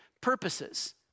purposes